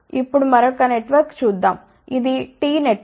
ఇప్పుడు మరొక నెట్వర్క్ చూద్దాం ఇది టి నెట్వర్క్